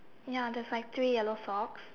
ya there's like three yellow socks